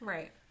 Right